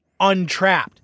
untrapped